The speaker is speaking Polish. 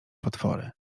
potwory